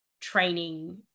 training